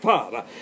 Father